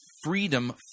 Freedom